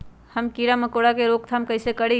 हम किरा मकोरा के रोक थाम कईसे करी?